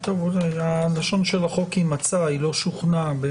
לשון החוק היא מצא, לא שוכנע.